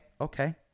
okay